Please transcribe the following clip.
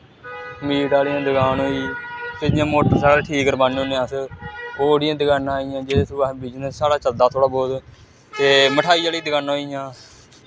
meat आह्ली दकान होई गेई जि'यां मोटरसैकल ठीक करवाने होन्ने अस ओह् आह्ली दकानां आई गेइयां जेह्दे थरू बिजनस साढ़ा चलदा थोह्ड़ा बौह्त ते मठाई आह्लियां दकानां होई गेइयां